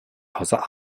außer